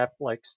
Netflix